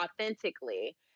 authentically